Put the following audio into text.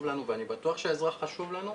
קחו את זה בחשבון.